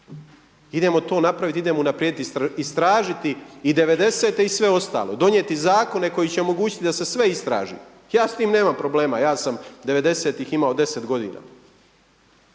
idemo to napraviti, idemo unaprijediti, istražiti i devedesete i sve ostalo. Donijeti zakone koji će omogućiti da se sve istraži. Ja s tim nemam problema. Ja sam devedesetih imao